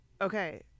Okay